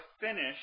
finish